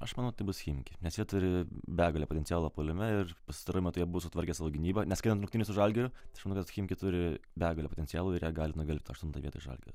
aš manau tai bus chimki nes jie turi begalę potencialo puolime ir pastaruoju metu jie buvo sutvarkę savo gynybą nes kai ant rungtynių su žalgiriu tai aš manau kad chimki turi begalę potencialo ir jie gali nugvelbt tą aštuntą vietą iš žalgirio